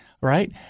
right